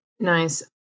Nice